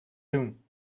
doen